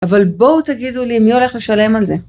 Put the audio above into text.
אבל בואו תגידו לי מי הולך לשלם על זה.